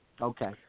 Okay